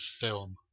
film